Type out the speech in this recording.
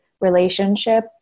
relationship